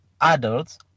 adults